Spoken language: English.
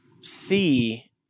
see